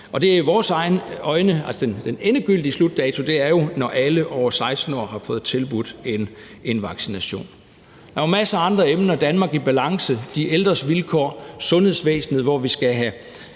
Og i vores øjne er den endegyldige slutdato jo, når alle over 16 år har fået tilbudt en vaccination. Der er masser af andre emner: Danmark i balance; de ældres vilkår; sundhedsvæsenet, hvor vi skal have